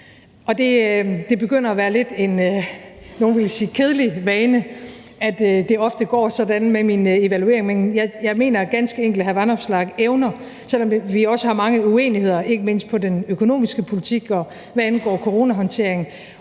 Det begynder at være en lidt, nogle vil sige kedelig vane, at det ofte går sådan med min evaluering, men jeg mener ganske enkelt, at hr. Alex Vanopslagh evner, selv om vi også har mange uenigheder, ikke mindst på den økonomiske politik, og hvad angår coronahåndteringen,